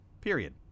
period